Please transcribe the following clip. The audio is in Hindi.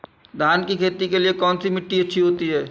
धान की खेती के लिए कौनसी मिट्टी अच्छी होती है?